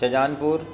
Tajanpur